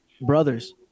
brothers